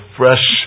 fresh